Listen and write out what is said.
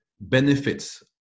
benefits